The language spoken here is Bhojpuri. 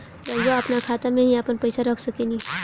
रउआ आपना खाता में ही आपन पईसा रख सकेनी